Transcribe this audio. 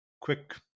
quick